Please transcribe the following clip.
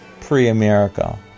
pre-America